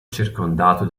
circondato